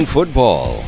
Football